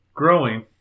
Growing